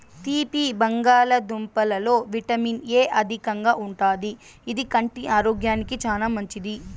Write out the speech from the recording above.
తీపి బంగాళదుంపలలో vitamin A అధికంగా ఉంటాది, ఇది కంటి ఆరోగ్యానికి చానా మంచిది